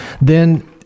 then-